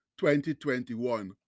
2021